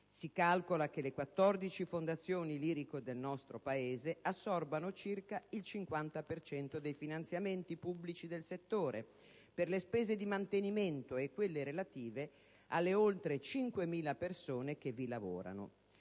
Si calcola che le 14 fondazioni liriche del nostro Paese assorbano circa il 50 per cento dei finanziamenti pubblici del settore, per le spese di mantenimento e quelle relative alle oltre 5.000 persone che vi lavorano.